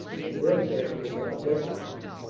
and their families are destitute.